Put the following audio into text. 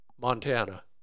Montana